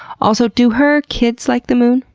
also, do her kids like the moon?